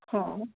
हां